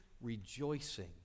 Rejoicing